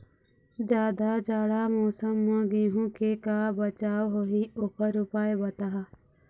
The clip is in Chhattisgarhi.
जादा जाड़ा मौसम म गेहूं के का बचाव होही ओकर उपाय बताहा?